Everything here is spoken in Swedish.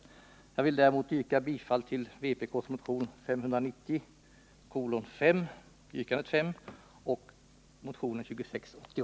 Jag vill däremot yrka bifall till vpk-motionen 590, yrkandet 5, och motionen 2680.